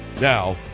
Now